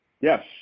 yes